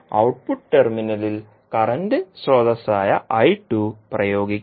output ടെർമിനലിൽ current സ്രോതസ്സായ പ്രയോഗിക്കും